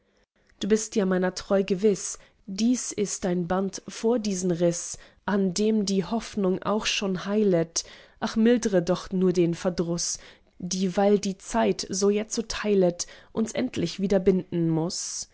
du bist ja meiner treu gewiß dies ist ein band vor diesen riß an dem die hoffnung auch schon heilet ach mildre doch nur den verdruß dieweil die zeit so jetzo teilet uns endlich wieder binden muß